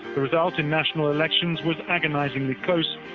the result in national elections was agonizingly close,